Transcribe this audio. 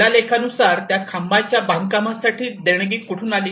शीला लेखा नुसार त्या खांबाच्या बांधकामासाठी देणगी कुठून आली